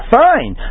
fine